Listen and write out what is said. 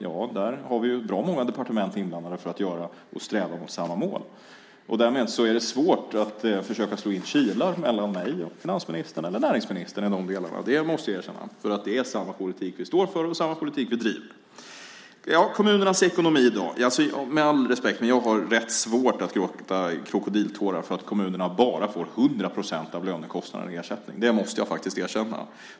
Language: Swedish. Ja, där har vi ju bra många departement inblandade för att sträva mot samma mål. Därmed är det svårt att försöka slå in kilar mellan mig och finansministern eller näringsministern i de delarna - det måste jag erkänna - därför att det är samma politik vi står för och samma politik vi driver. Och så tar vi frågan om kommunernas ekonomi. Med all respekt har jag rätt svårt att gråta krokodiltårar för att kommunerna bara får 100 procent av lönekostnaderna i ersättning - det måste jag faktiskt erkänna.